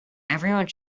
everyone